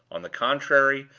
on the contrary,